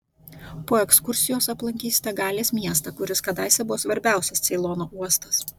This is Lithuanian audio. po ekskursijos aplankysite galės miestą kuris kadaise buvo svarbiausias ceilono uostas